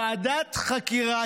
ועדת חקירה